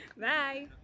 Bye